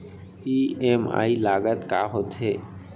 EMI लागत का होथे?